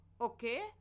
Okay